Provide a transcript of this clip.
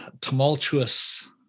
tumultuous